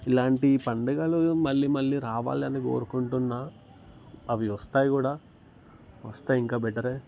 ఇలాంటి పండుగలు మళ్ళీ మళ్ళీ రావాలి అని కోరుకుంటున్నాను అవి వస్తాయి కూడా వస్తే ఇంకా బెటరే